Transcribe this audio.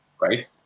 right